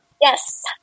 Yes